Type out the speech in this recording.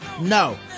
No